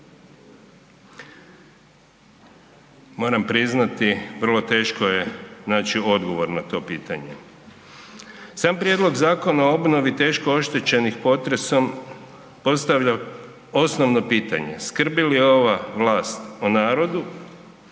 Moram priznati vrlo teško je naći odgovor na to pitanje. Sam prijedlog Zakona o obnovi teško oštećenih potresom postavlja osnovno pitanje, skrbi li ova vlast o narodu